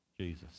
Jesus